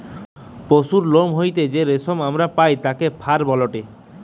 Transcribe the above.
পশুর লোম হইতে যেই রেশম আমরা পাই তাকে ফার বলেটে